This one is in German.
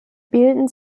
bilden